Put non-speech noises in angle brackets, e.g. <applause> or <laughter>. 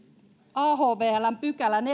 ahvln neljännenkymmenennenviidennen pykälän <unintelligible>